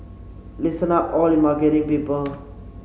listen up all you marketing people